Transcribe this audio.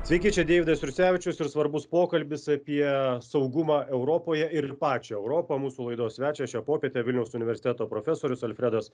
sveiki čia deividas jursevičius ir svarbus pokalbis apie saugumą europoje ir pačią europą mūsų laidos svečias šią popietę vilniaus universiteto profesorius alfredas